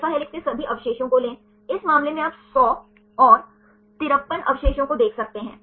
alpha helices के मामले में हाइड्रोजन बॉन्ड बीच में होता है